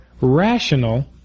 rational